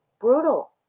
brutal